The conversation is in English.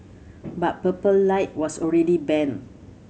but Purple Light was already banned